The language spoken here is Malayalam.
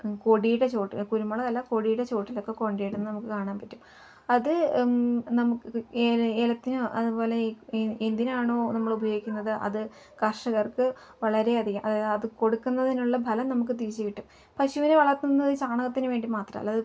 കൊടിയുടെ ചോട്ട കുരുമുളക് അല്ല കൊടിയുടെ ചുവട്ടിലൊക്കെ കൊണ്ടിടുന്നത് നമുക്ക് കാണാൻ പറ്റും അത് നമുക്ക് ഏ ഏലത്തിനോ അതു പോലെ എന്തിനാണോ നമ്മൾ ഉപയോഗിക്കുന്നത് അത് കർഷകർക്ക് വളരെയധികം അതായത് അത് കൊടുക്കുന്നതിനുള്ള ഫലം നമുക്ക് തിരിച്ചു കിട്ടും പശുവിനെ വളർത്തുന്നത് ചാണകത്തിനു വേണ്ടി മാത്രമല്ലത്